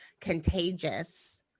contagious